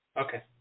Okay